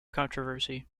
controversy